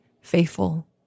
faithful